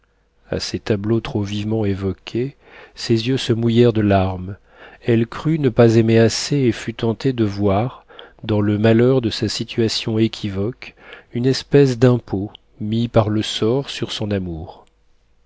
a ces tableaux trop vivement évoqués ses yeux se mouillèrent de larmes elle crut ne pas aimer assez et fut tentée de voir dans le malheur de sa situation équivoque une espèce d'impôt mis par le sort sur son amour